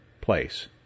place